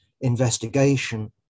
investigation